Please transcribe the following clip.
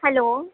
hello